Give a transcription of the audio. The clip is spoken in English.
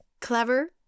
clever